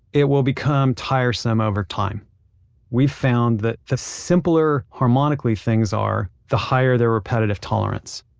it will become tiresome over time we've found that the simpler, harmonically, things are, the higher their repetitive tolerance.